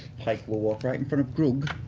pike will walk right in front of grog.